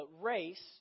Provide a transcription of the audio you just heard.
race